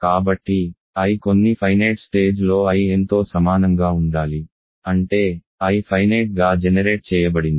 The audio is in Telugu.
కాబట్టి I కొన్ని ఫైనేట్ స్టేజ్ లో In తో సమానంగా ఉండాలి అంటే I ఫైనేట్ గా జెనెరేట్ చేయబడింది